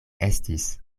estis